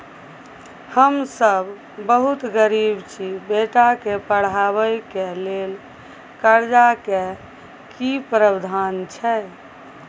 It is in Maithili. हम सब बहुत गरीब छी, बेटा के पढाबै के लेल कर्जा के की प्रावधान छै?